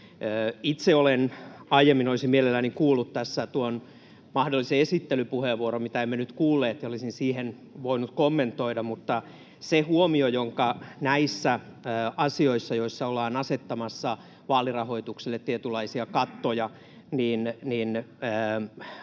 tehdään muutoksia. Olisin mielelläni kuullut tässä tuon mahdollisen esittelypuheenvuoron, mitä emme nyt kuulleet, ja olisin sitä voinut kommentoida, mutta huomiona, että näissä asioissa, joissa ollaan asettamassa vaalirahoitukselle tietynlaisia kattoja,